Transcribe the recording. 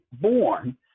born